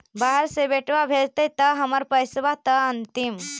बाहर से बेटा भेजतय त हमर पैसाबा त अंतिम?